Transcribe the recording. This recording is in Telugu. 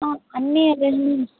అన్ని అరేంజ్మెంట్స్